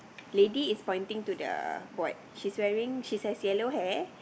lady is pointing to the board she's wearing she's has yellow hair